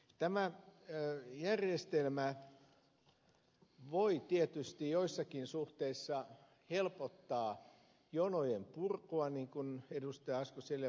tämä järjestelmä voi tietysti joissakin suhteissa helpottaa jonojen purkua niin kuin ed